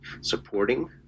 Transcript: supporting